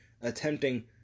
attempting